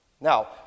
Now